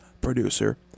producer